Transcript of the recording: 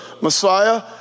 Messiah